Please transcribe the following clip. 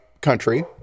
country